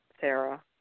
Sarah